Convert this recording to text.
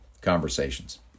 conversations